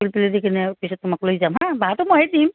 পিলপিলি দি কিনে পিছত তোমাক লৈ যাম হা ভাৰাটো মইয়ে দিম